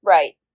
Right